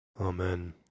Amen